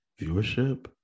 viewership